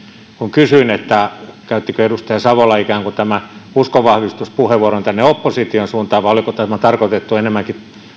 kysyin käyttikö edustaja savola ikään kuin tämän uskonvahvistuspuheenvuoron tänne opposition suuntaan vai oliko tämä tarkoitettu enemmänkin